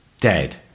dead